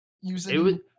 Using